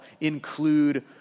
include